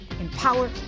empower